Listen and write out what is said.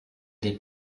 des